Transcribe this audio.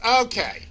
Okay